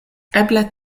eble